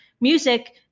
music